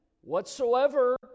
whatsoever